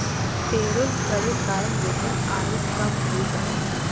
payroll करे कारण वेतन आरोह कम हइ जा छेक